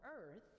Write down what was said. earth